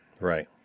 Right